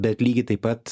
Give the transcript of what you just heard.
bet lygiai taip pat